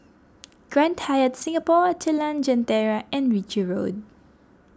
Grand Hyatt Singapore Jalan Jentera and Ritchie Road